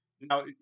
Now